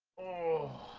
all